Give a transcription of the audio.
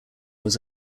was